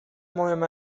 مهم